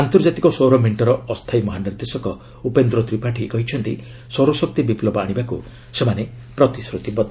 ଆନ୍ତର୍କାତିକ ସୌର ମେଣ୍ଟର ଅସ୍ଥାୟି ମହାନିର୍ଦ୍ଦେଶକ ଉପେନ୍ଦ୍ର ତ୍ରିପାଠୀ କହିଛନ୍ତି ସୌର ଶକ୍ତି ବିପ୍ଳବ ଆଣିବାକୁ ସେମାନେ ପ୍ରତିଶ୍ରୁତିବଦ୍ଧ